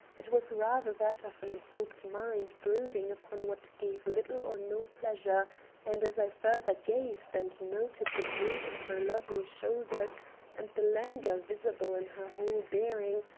it was rather that of an absorbed mind brooding upon what gave little or no pleasure and as i further gazed and noted the droop of her lovely shoulders and the languor visible in her whole bearing,